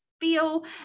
feel